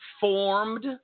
formed